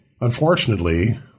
unfortunately